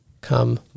come